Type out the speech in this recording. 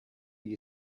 you